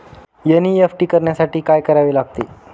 NEFT करण्यासाठी काय करावे लागते?